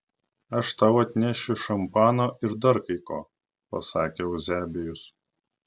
aš tau atnešiu šampano ir dar kai ko pasakė euzebijus